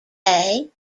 bay